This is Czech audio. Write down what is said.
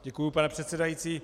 Děkuji, pane předsedající.